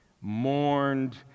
mourned